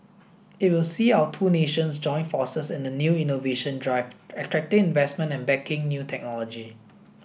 it will see our two nations join forces in a new innovation drive attracting investment and backing new technology